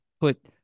put